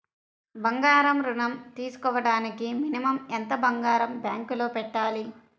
బంగారం ఋణం తీసుకోవడానికి మినిమం ఎంత బంగారం బ్యాంకులో పెట్టాలి?